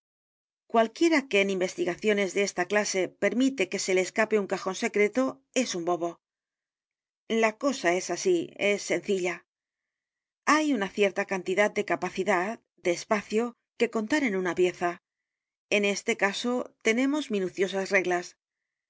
cualquiera que en investigaciones de esta clase permite que se le escape un cajón secreto es un bobo la cosa así es sencilla hay una cierta cantidad de capacidad de espacio que contar en una pieza en este caso tenemos minuciosas reglas la